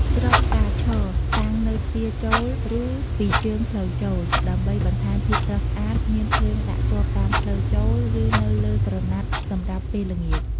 ច្រកផ្កាឈរ តាំងនៅទ្វារចូលឬពីរជើងផ្លូវចូល ដើម្បីបន្ថែមភាពស្រស់ស្អាត មានភ្លើងដាក់ជាប់តាមផ្លូវចូលឬនៅលើក្រណាត់ សម្រាប់ពេលល្ញាច។